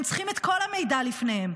הם צריכים את כל המידע לפניהם.